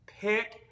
pick